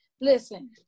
Listen